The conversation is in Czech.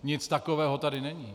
Nic takového tady není.